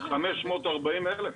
540 אלף.